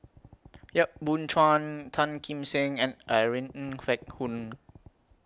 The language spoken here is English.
Yap Boon Chuan Tan Kim Seng and Irene Ng Phek Hoong